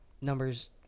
numbers